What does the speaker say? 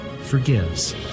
forgives